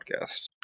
podcast